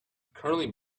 curly